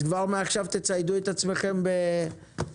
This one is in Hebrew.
אז כבר מעכשיו תציידו את עצמכם בסעיף